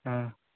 ಹಾಂ